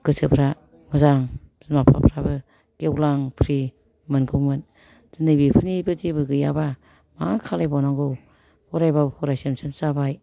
गोसोफ्रा मोजां बिमा बिफाफ्राबो गेवलां प्रि मोनगौमोन दिनै बिफोरनिबो जेबो गैयाबा मा खालायबावनांगौ फरायबाबो फरायसोम सोमसो जाबाय